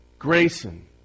Grayson